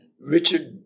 Richard